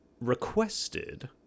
requested